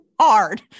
hard